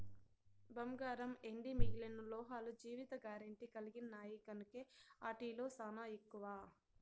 బంగారం, ఎండి మిగిలిన లోహాలు జీవిత గారెంటీ కలిగిన్నాయి కనుకే ఆటి ఇలువ సానా ఎక్కువ